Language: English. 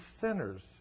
sinners